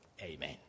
Amen